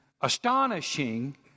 astonishing